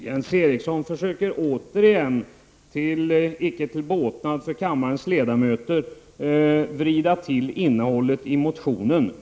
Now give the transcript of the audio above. Herr talman! Jens Eriksson försöker återigen att — vilket inte är till båtnad för kammarens ledamöter — förvränga innehållet i motionen.